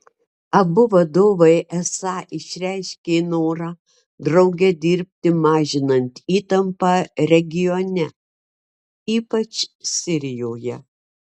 abu vadovai esą išreiškė norą drauge dirbti mažinant įtampą regione ypač sirijoje